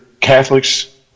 Catholics